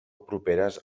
properes